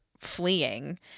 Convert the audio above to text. fleeing